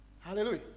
Hallelujah